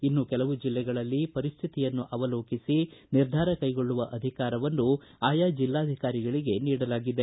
ಇನ್ನು ಕೆಲವು ಜಿಲ್ಲೆಗಳಲ್ಲಿ ಪರಿಸ್ಥಿತಿಯನ್ನು ಅವಲೋಕಿಸಿ ನಿರ್ಧಾರ ಕೈಗೊಳ್ಳುವ ಅಧಿಕಾರವನ್ನು ಆಯಾ ಜಿಲ್ಲಾಧಿಕಾರಿಗಳಿಗೆ ನೀಡಲಾಗಿದೆ